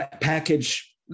package